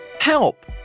help